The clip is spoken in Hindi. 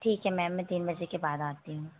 ठीक है मैम मैं तीन बजे के बाद आती हूँ